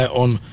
on